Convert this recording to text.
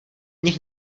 nich